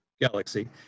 Galaxy